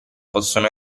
possono